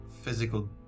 physical